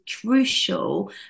crucial